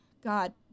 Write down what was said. God